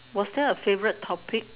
was there a favourite topic